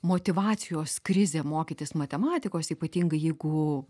motyvacijos krizė mokytis matematikos ypatingai jeigu